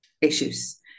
issues